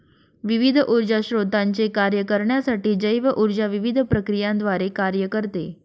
विविध ऊर्जा स्त्रोतांचे कार्य करण्यासाठी जैव ऊर्जा विविध प्रक्रियांद्वारे कार्य करते